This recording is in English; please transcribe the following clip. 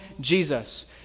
Jesus